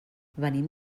venim